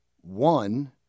One